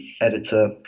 editor